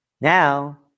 Now